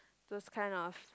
those kind of